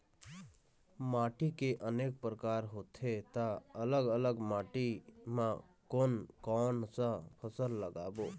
माटी के अनेक प्रकार होथे ता अलग अलग माटी मा कोन कौन सा फसल लगाबो?